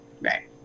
Right